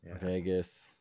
Vegas